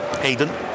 Hayden